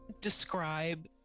describe